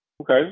Okay